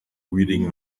reading